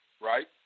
Right